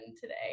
today